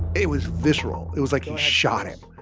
it was visceral. it was like he shot him.